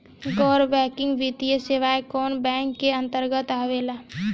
गैर बैंकिंग वित्तीय सेवाएं कोने बैंक के अन्तरगत आवेअला?